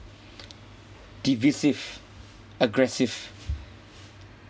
divisive aggressive